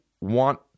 want